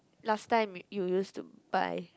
last time you used to buy